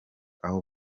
aho